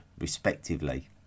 respectively